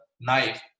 knife